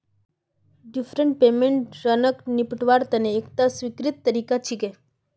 deferred payment ऋणक निपटव्वार तने एकता स्वीकृत तरीका छिके